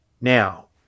Now